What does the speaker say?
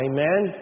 Amen